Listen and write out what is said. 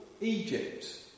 Egypt